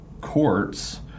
courts